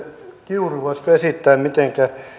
kiuru voisitteko esittää mitenkä